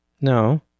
No